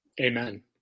Amen